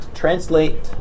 translate